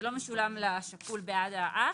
זה לא משולם לשכול בעד האח,